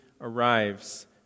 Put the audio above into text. arrives